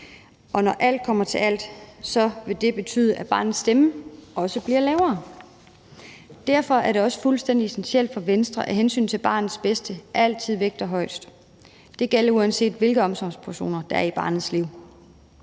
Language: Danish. Og når alt kommer til alt, vil det betyde, at barnets stemme også bliver lavere placeret. Derfor er det også fuldstændig essentielt for Venstre, at hensynet til barnets bedste altid vejer tungest. Det gælder, uanset hvilke omsorgspersoner der er i barnets liv.